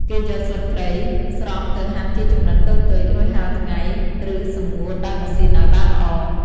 គេយកស្លឹកគ្រៃស្រស់ទៅហាន់ជាចំណិតតូចៗ រួចហាលថ្ងៃ ឬសម្ងួតដោយម៉ាស៊ីនឲ្យបានល្អ។